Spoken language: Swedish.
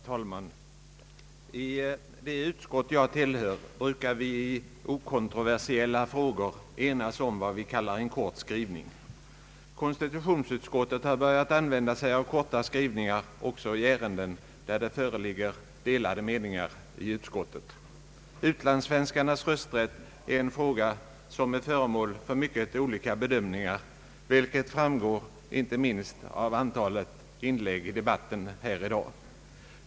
Herr talman! I det utskott jag tillhör brukar vi i okontroversiella frågor enas om vad vi kallar en kort skrivning. Konstitutionsutskottet har börjat använda korta skrivningar också i ärenden där det föreligger delade meningar inom utskottet. Utlandssvenskarnas rösträtt är en fråga som är föremål för mycket olika bedömningar, vilket framgår inte minst av antalet inlägg i debatten här i dag.